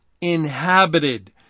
inhabited